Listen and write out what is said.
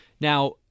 Now